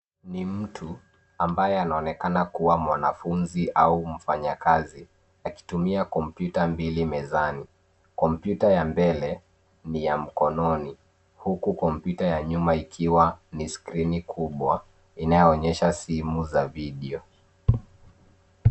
Ni mtu ambaye anaonekana kuwa mwanafunzi au mfanyakazi akitumia kompyuta mbili mezani. Kompyuta ya mbele ni ya mkononi, huku kompyuta ya nyuma ikiwa ni skreeni kubwa inayoonyesha simu za video .